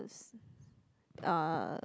uh